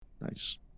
Nice